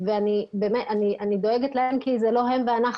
ואני דואגת להם כי זה לא הם ואנחנו,